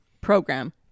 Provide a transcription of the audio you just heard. program